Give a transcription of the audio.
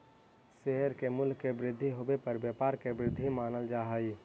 share के मूल्य के वृद्धि होवे पर व्यापार के वृद्धि मानल जा हइ